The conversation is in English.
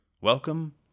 Welcome